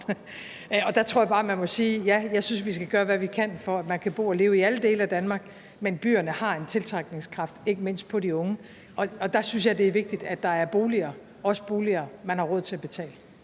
at jeg må sige, at ja, jeg synes, at vi skal gøre, hvad vi kan, for at man kan bo og leve i alle dele af Danmark; men byerne har en tiltrækningskraft, ikke mindst på de unge, og der synes jeg det er vigtigt, at der er boliger, også boliger, man har råd til at betale.